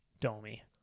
Domi